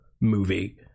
movie